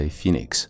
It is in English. ,Phoenix 。